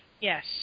Yes